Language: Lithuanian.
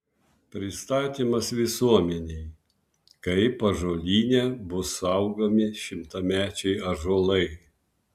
pristatymas visuomenei kaip ąžuolyne bus saugomi šimtamečiai ąžuolai